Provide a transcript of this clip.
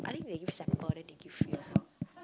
I think they give sample then they give free also